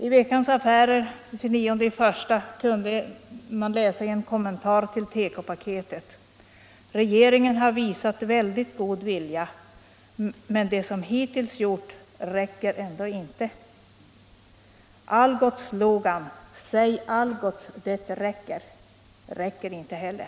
I Veckans Affärer av den 29 januari i år kunde man i en kommentar till tekopaketet läsa: ”Regeringen har visat väldigt god vilja, men det som hittills gjorts räcker ändå inte.” Fru talman! Algots slogan ”Säg Algots — det räcker” räcker inte heller.